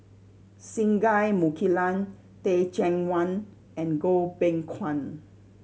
Singai Mukilan Teh Cheang Wan and Goh Beng Kwan